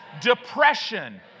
depression